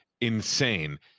insane